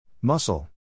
Muscle